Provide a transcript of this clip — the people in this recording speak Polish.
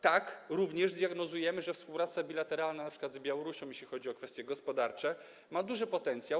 Tak, również diagnozujemy, że współpraca bilateralna, np. z Białorusią, jeśli chodzi o kwestie gospodarcze, ma duży potencjał.